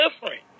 different